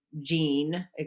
gene